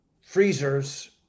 freezers